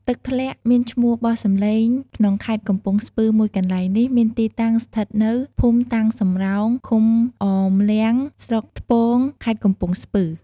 ទឹកធ្លាក់មានឈ្មោះបោះសម្លេងក្នុងខេត្តកំពង់ស្ពឺមួយកន្លែងនេះមានទីតាំងស្ថិតនៅ ភូមិតាំងសំរោង ឃុំអមលាំង ស្រុកថ្ពង ខេត្តកំពង់ស្ពឺ ។